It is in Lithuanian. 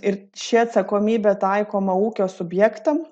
ir ši atsakomybė taikoma ūkio subjektam